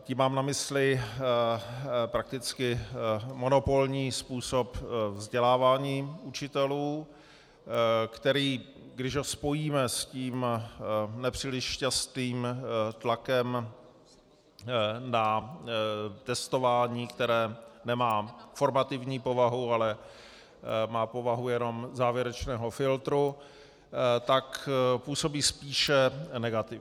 Tím mám na mysli prakticky monopolní způsob vzdělávání učitelů, který, když ho spojíme s tím nepříliš šťastným tlakem na testování, které nemá formativní povahu, ale má povahu jenom závěrečného filtru, tak působí spíše negativně.